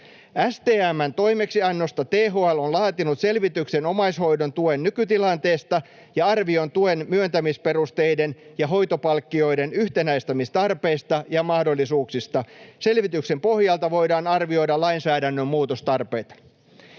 STM:n toimeksiannosta THL on laatinut selvityksen omaishoidon tuen nykytilanteesta ja arvion tuen myöntämisperusteiden ja hoitopalkkioiden yhtenäistämistarpeista ja ‑mahdollisuuksista. Selvityksen pohjalta voidaan arvioida lainsäädännön muutostarpeita.